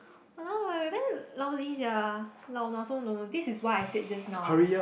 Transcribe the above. ah damn lousy sia lou~ I also don't know this is what I said just now